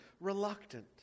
reluctant